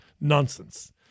Nonsense